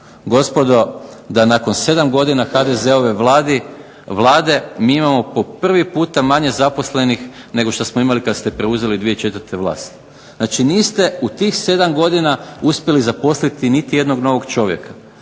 gospodo, da nakon 7 godina HDZ-ove Vlade mi imamo po prvi puta manje zaposlenih nego što smo imali kad ste preuzeli 2004. vlast? Znači niste u tih 7 godina uspjeli zaposliti niti jednog novog čovjeka.